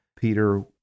Peter